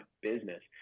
business